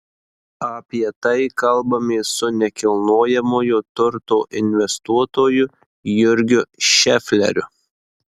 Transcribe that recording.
apie tai kalbamės su nekilnojamojo turto investuotoju jurgiu šefleriu